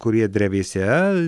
kurie drevėse